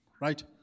right